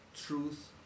truth